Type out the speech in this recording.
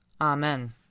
Amen